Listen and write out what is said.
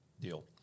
deal